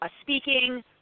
speaking